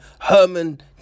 Herman